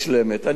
אני מציע,